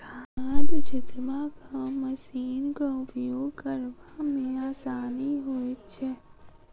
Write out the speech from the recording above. खाद छिटबाक मशीनक उपयोग करबा मे आसानी होइत छै